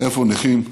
איפה נכים?